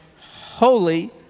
holy